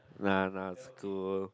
nah nah school